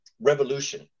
revolution